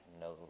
no